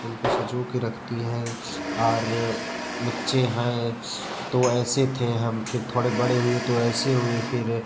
उनको सँजो के रखती हैं और बच्चे हैं तो ऐसे थे हम फिर थोड़े बड़े हुए तो ऐसे हुए फिर